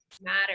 matter